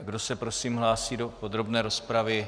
Kdo se prosím hlásí do podrobné rozpravy?